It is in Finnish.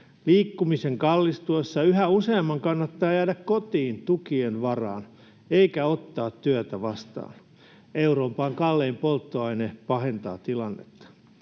Liikkumisen kallistuessa yhä useamman kannattaa jäädä kotiin tukien varaan eikä ottaa työtä vastaan. Euroopan kallein polttoaine pahentaa tilannetta.